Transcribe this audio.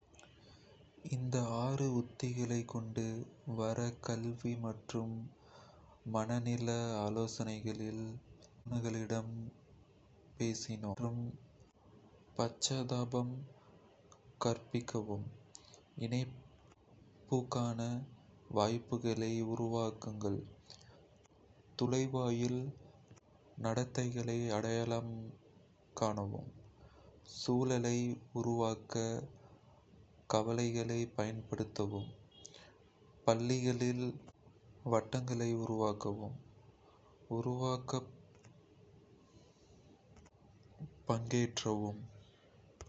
இந்த ஆறு உத்திகளைக் கொண்டு வர கல்வி மற்றும் மனநல ஆலோசனைகளில் நிபுணர்களிடம் பேசினோம். இரக்கம் மற்றும் பச்சாதாபம் கற்பிக்கவும்.... இணைப்புக்கான வாய்ப்புகளை உருவாக்குங்கள்.... நுழைவாயில் நடத்தைகளை அடையாளம் காணவும்.... சூழலை உருவாக்க கலைகளைப் பயன்படுத்தவும்.... பள்ளிகளில் 'சென்சென்ட்ரிக் வட்டங்களை' குறைக்கவும்.... உருவகப்படுத்துதல்களில் பங்கேற்கவும்.